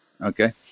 okay